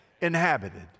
inhabited